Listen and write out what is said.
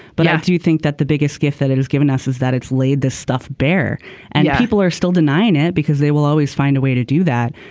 but do you think that the biggest gift that it has given us is that it's laid this stuff bare and people are still denying it because they will always find a way to do that.